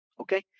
Okay